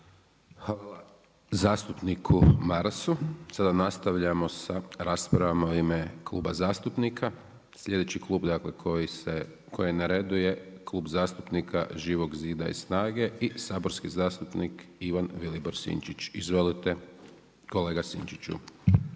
Hvala zastupniku Marasu. Sada nastavljamo sa raspravama u ime kluba zastupnika. Sljedeći klub koji je na redu je Klub zastupnika Živog zida i SNAGA-e i saborski zastupnik Ivan Vilibor Sinčić. Izvolite kolega Sinčiću.